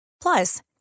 Plus